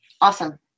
Awesome